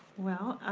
well,